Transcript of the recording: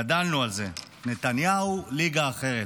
גדלנו על זה: נתניהו, ליגה אחרת.